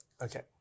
Okay